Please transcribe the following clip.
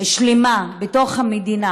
שלמה בתוך המדינה